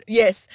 yes